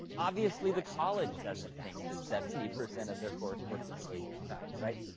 obviously, the college doesn't think that seventy percent of their course work is a waste of time, right,